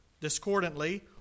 discordantly